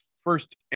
first